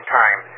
time